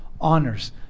honors